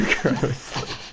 Gross